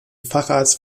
facharzt